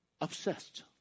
Obsessed